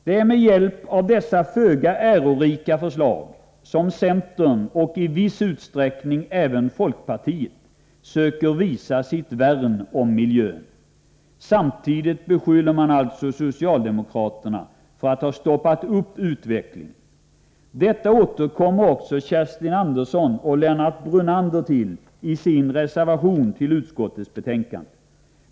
Det är med hjälp av dessa föga ärorika förslag som centern och i viss utsträckning även folkpartiet försöker visa sitt värn om miljön. Samtidigt beskyller man alltså socialdemokraterna för att ha stoppat utvecklingen. Detta återkommer också Kerstin Andersson och Lennart Brunander till i sin reservation till utskottets betänkande.